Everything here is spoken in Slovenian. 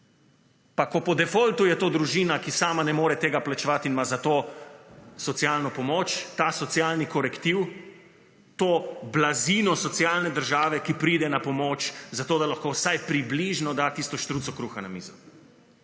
Pa ko po defoltu je to družina, ki sama ne more tega plačevati in ima za to socialno pomoč, ta socialni korektiv, to blazino socialne države, ki pride na pomoč zato, da lahko vsaj približno da tisto štruco kruha na mizo.